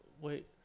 Wait